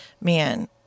man